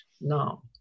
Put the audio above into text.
now